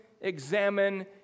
examine